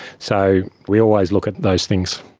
so we always look at those things.